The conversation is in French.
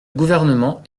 gouvernement